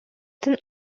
төн